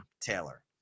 Taylor